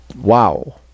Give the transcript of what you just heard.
Wow